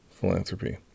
philanthropy